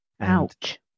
Ouch